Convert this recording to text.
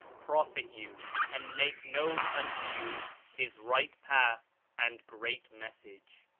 profit you and make known unto you his right path and great message.